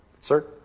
Sir